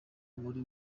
muri